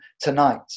tonight